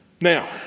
Now